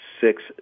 six